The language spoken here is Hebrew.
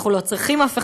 אנחנו לא צריכים אף אחד,